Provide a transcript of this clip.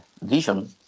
vision